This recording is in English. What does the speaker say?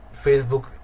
facebook